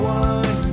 one